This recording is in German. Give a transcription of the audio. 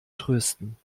trösten